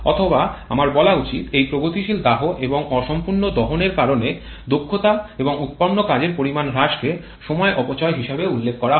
অথবা আমার বলা উচিত এই প্রগতিশীল দাহ এবং অসম্পূর্ণ দাহনের কারণে দক্ষতা এবং উৎপন্ন কাজের পরিমাণ হ্রাসকে সময় অপচয় হিসাবে উল্লেখ করা হয়